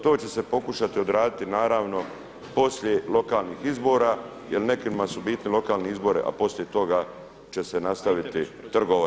To će se pokušati odraditi naravno poslije lokalnih izbora, jer nekima su bitni lokalni izbori, a poslije toga će se nastaviti trgovati.